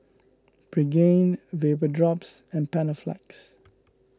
Pregain Vapodrops and Panaflex